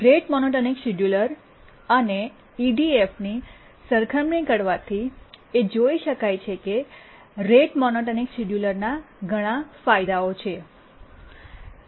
rate monotonic scheduler અને EDF સરખામણી કરવાથી એ જોઈ શકાય છે કે રેટ મોનોટોનિક શિડ્યુલર ના ઘણા ફાયદાઓ છે